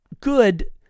good